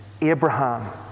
Abraham